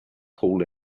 paul